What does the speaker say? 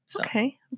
Okay